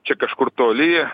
čia kažkur toli